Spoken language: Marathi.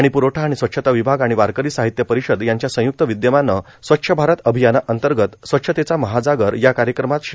पाणी परवठा आणि स्वच्छता विभाग आणि वारकरी साहित्य परिषद यांच्या संयुक्त विदयमाने स्वच्छ भारत अभियानांतर्गत स्वच्छतेचा महाजागर या कार्यक्रमात श्री